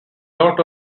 lot